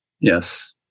yes